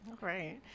right